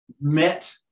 met